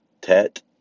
Tet